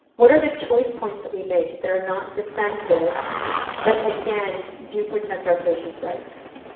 what are the choice points that we make that are not defensive but again do protect our patient's rights?